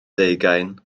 deugain